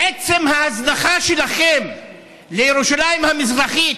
בעצם ההזנחה שלכם את ירושלים המזרחית,